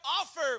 offer